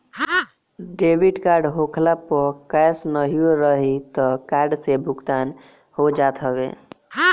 debit card होखला पअ cash नाहियो रही तअ कार्ड से भुगतान हो जात हवे